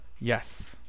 Yes